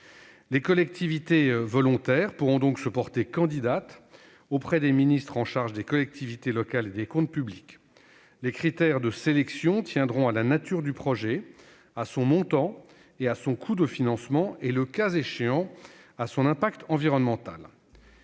Les collectivités volontaires pourront donc se porter candidates auprès des ministres en charge des collectivités locales et des comptes publics. Les critères de sélection tiendront à la nature du projet, à son montant, à son coût de financement et, le cas échéant, à son impact environnemental.